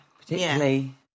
Particularly